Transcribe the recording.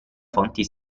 fonti